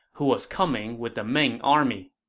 who was coming with the main army.